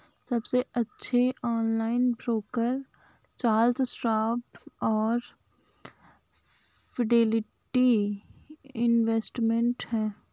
सबसे अच्छे online broker Charles Schwab और फिडेलिटी इन्वेस्टमेंट हैं